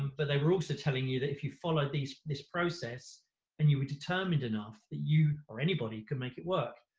but they were also telling you that if you followed this this process and you were determined enough that you, or anybody, could make it work.